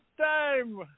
time